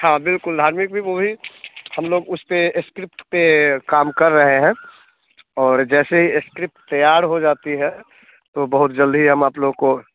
हाँ बिल्कुल धार्मिक भी मूवी हम लोग उस पर स्क्रिप्ट पर काम कर रहे हैं और जैसे ही स्क्रिप्ट तैयार हो जाती है तो बहुत ही जल्दी हम आप लोग को